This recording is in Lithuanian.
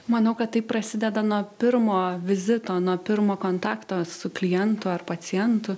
manau kad tai prasideda nuo pirmo vizito nuo pirmo kontakto su klientu ar pacientu